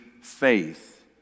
Faith